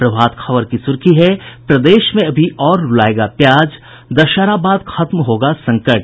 प्रभात खबर की सुर्खी है प्रदेश में अभी और रुलायेगा प्याज दशहरा बाद खत्म होगा संकट